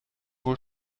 wohl